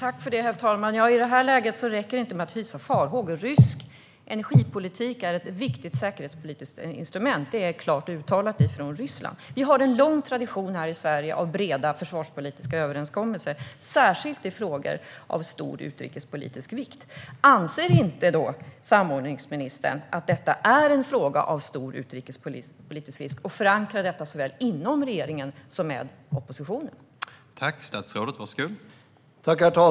Herr talman! I det här läget räcker det inte med att hysa farhågor. Rysk energipolitik är ett viktigt säkerhetspolitiskt instrument; det är klart uttalat från Ryssland. Vi har en lång tradition av breda försvarspolitiska överenskommelser här i Sverige, särskilt i frågor av stor utrikespolitisk vikt. Anser inte samordningsministern att detta är en fråga av stor utrikespolitisk vikt som ska förankras såväl inom regeringen som med oppositionen?